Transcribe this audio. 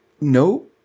No